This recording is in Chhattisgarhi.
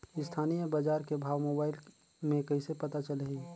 स्थानीय बजार के भाव मोबाइल मे कइसे पता चलही?